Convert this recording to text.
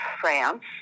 France